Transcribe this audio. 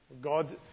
God